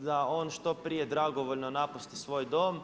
da on što prije dragovoljno napusti svoj dom.